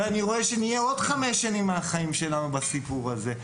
ואני רואה שנהיה עוד חמש שנים מהחיים שלנו בסיפור הזה.